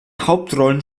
hauptrollen